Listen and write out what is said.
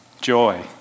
joy